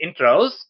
intros